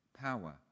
power